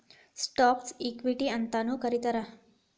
ಸ್ಟಾಕ್ನ ಇಕ್ವಿಟಿ ಅಂತೂ ಕರೇತಾರ